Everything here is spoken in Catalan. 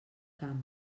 camp